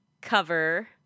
cover